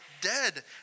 dead